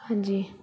ਹਾਂਜੀ